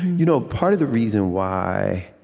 you know part of the reason why